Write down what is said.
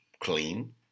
clean